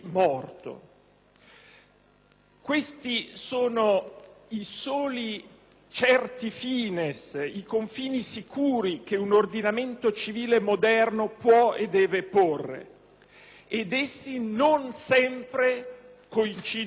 Questi sono i soli *certi* *fines*, i confini sicuri, che un ordinamento civile moderno può e deve porre. Ed essi non sempre coincidono tra loro.